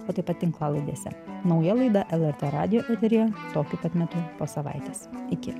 o taip pat tinklalaidėse nauja laida lrt radijo eteryje tokiu pat metu po savaitės iki